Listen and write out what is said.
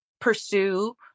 pursue